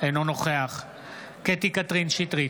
אינו נוכח קטי קטרין שטרית,